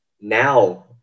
now